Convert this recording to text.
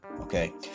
Okay